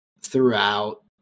throughout